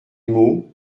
mots